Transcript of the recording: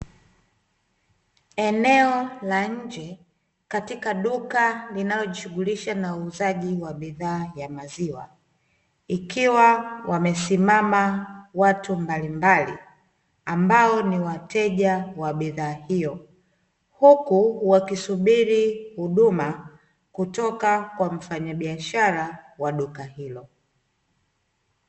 Eneo la nje katika duka linalojishughuli na uuzaji wa bidhaa za maziwa. Ikiwa wamesimama watu mbalimbali ambao ni wateja wa bidhaa hiyoo huku wakisubiri huduma kutoka kwa mfanyabiashara wa duka hilo.